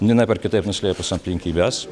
vienaip ar kitaip nuslėpus aplinkybes